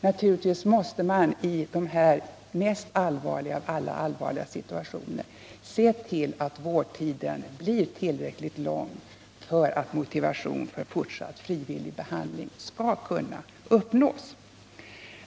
Naturligtvis måste man i de här de mest allvarliga av alla allvarliga situationer se till att vårdtiden blir tillräckligt lång för att motivation för fortsatt frivillig behandling skall kunna uppnås.